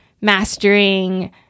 mastering